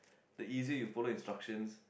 the easier you follow instructions